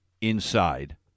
inside